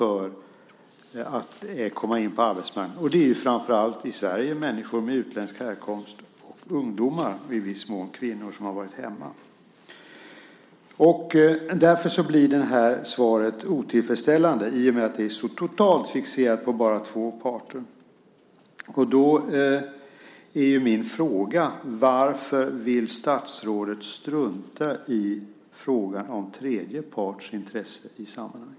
Det är i Sverige framför allt människor med utländsk härkomst, ungdomar och i viss mån kvinnor som har varit hemma. Det här svaret blir otillfredsställande i och med att det är så totalt fixerat på enbart två parter. Då är min fråga: Varför vill statsrådet strunta i frågan om tredje parts intressen i sammanhanget?